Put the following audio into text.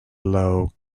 low